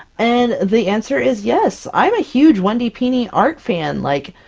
and the answer is yes! i'm a huge wendy pini art fan! like,